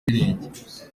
mirenge